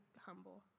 humble